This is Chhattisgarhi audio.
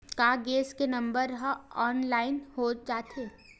का गैस के नंबर ह ऑनलाइन हो जाथे?